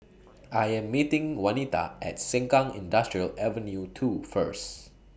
I Am meeting Wanita At Sengkang Industrial Ave two First